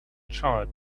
child